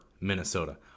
Minnesota